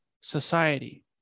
society